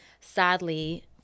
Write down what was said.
Sadly